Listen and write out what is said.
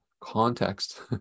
context